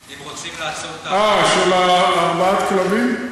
אם רוצים, הרבעת כלבים?